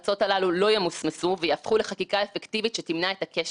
לכל דבר ועניין ואין שום סיבה שהכנסת לא תהווה גורם פיקוח